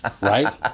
right